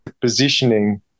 positioning